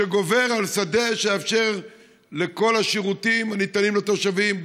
שגובר על שדה שיאפשר את כל השירותים הניתנים לתושבים,